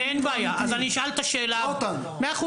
לא אותנו.